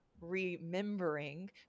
remembering